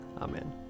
Amen